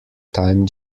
time